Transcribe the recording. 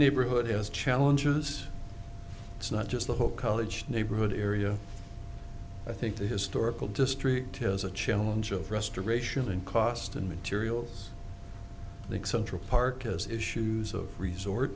neighborhood has challenges it's not just the whole college neighborhood area i think the historical district has a challenge of restoration and cost and materials eccentric parkas issues of resort